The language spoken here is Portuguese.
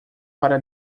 para